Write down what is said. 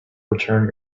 return